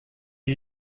ket